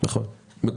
אתה